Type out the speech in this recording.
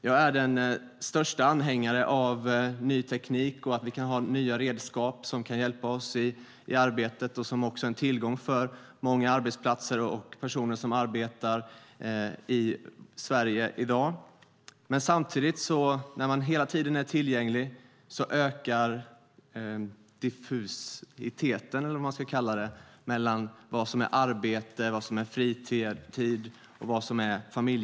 Jag är en stor anhängare av ny teknik och av att vi kan ha nya redskap, till exempel en sådan här telefon, som kan hjälpa oss och som också är en tillgång för många arbetsplatser och för personer som arbetar i Sverige i dag. Men när man hela tiden är tillgänglig blir gränserna mellan arbete, fritid och familjeliv mer diffusa.